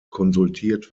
konsultiert